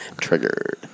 Triggered